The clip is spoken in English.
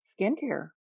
skincare